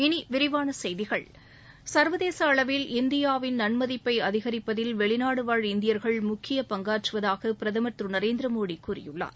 இனி விரிவான செய்திகள் சர்வதேச அளவில் இந்தியாவின் நன்மதிப்பை அதிகரிப்பதில் வெளிநாடு வாழ் இந்தியர்கள் முக்கிய பங்காற்றுவதாக பிரதமர் திரு நரேந்திர மோடி கூறியுள்ளார்